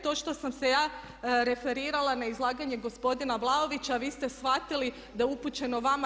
To što sam se ja referirala na izlaganje gospodina Vlaovića vi ste shvatili da je upućeno vama.